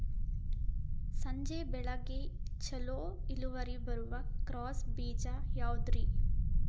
ಸಜ್ಜೆ ಬೆಳೆಗೆ ಛಲೋ ಇಳುವರಿ ಬರುವ ಕ್ರಾಸ್ ಬೇಜ ಯಾವುದ್ರಿ?